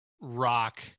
rock